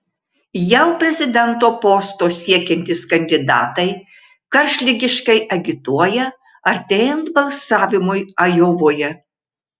jav prezidento posto siekiantys kandidatai karštligiškai agituoja artėjant balsavimui ajovoje